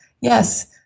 Yes